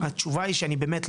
התשובה היא שאני באמת,